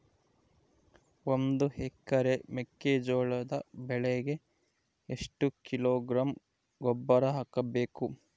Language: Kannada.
ಒಂದು ಎಕರೆ ಮೆಕ್ಕೆಜೋಳದ ಬೆಳೆಗೆ ಎಷ್ಟು ಕಿಲೋಗ್ರಾಂ ಗೊಬ್ಬರ ಹಾಕಬೇಕು?